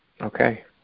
Okay